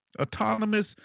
Autonomous